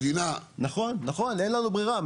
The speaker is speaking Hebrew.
נכון, אין לנו ברירה.